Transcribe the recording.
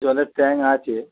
জলের ট্যাংক আছে